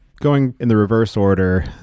going in the reverse order.